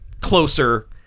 closer